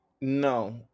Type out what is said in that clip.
No